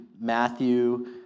Matthew